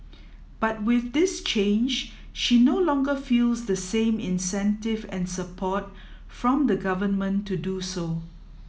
but with this change she no longer feels the same incentive and support from the government to do so